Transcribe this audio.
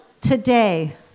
Today